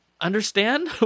understand